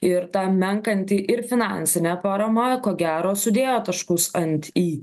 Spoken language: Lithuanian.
ir ta menkanti ir finansinė parama ko gero sudėjo taškus ant i